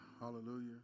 Hallelujah